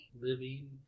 Living